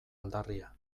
aldarria